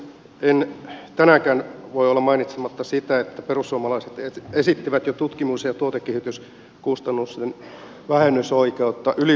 en tänäänkään voi olla mainitsematta sitä että perussuomalaiset esittivät tutkimus ja tuotekehityskustannusten vähennysoikeutta jo yli vuosi sitten